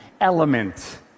element